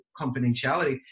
confidentiality